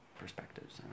perspectives